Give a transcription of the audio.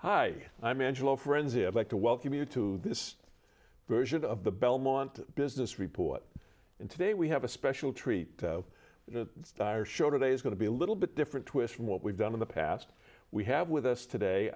hi i'm angelo frenzy i'd like to welcome you to this version of the belmont business report in today we have a special treat the show today is going to be a little bit different twist from what we've done in the past we have with us today